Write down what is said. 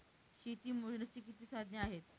शेती मोजण्याची किती साधने आहेत?